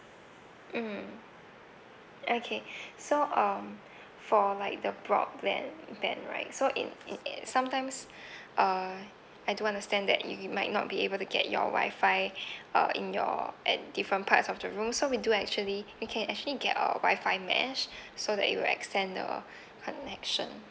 mm okay so um for like the broadband plan right so in it sometimes uh I do understand that you might not be able to get your wifi uh in your at different parts of the room so we do actually we can actually get a wifi mesh so that it will extend the connection